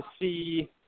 see